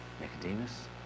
Nicodemus